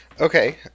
Okay